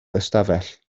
ystafell